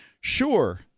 sure